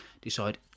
decide